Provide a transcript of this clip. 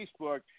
Facebook